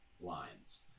lines